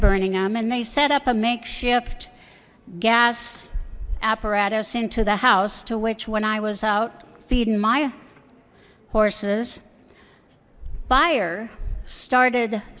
burning him and they set up a makeshift gas apparatus into the house to which when i was out feeding my horses fire started